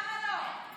למה לא?